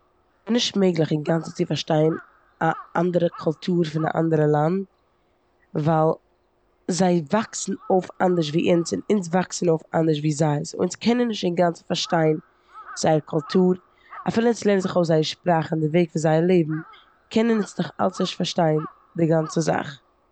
נישט מעגליך אינגאנצן צו פארשטיין א אנדערע קולטור פון א אנדערע לאנד ווייל זייי וואקסן אויף אנדערש ווי אונז און אונז וואקסן אויף אנדערש ווי זיי. סאו אונז קענען נישט אינגאנצן פארשטיין זייער קולטור, אפילו אונז לערנען זיך אויס זייער שפראך און די וועג פון זייער לעבן קענען אונז נאך אלס נישט פארשטיין די גאנצע זאך.